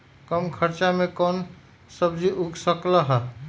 कम खर्च मे कौन सब्जी उग सकल ह?